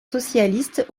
socialiste